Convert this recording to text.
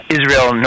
Israel